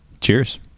Cheers